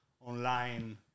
online